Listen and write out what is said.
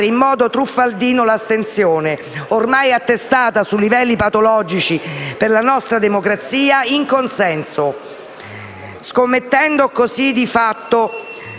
in modo truffaldino l'astensione, ormai attestata su livelli patologici per la nostra democrazia, in consenso, scommettendo così di fatto